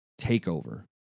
takeover